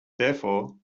therefore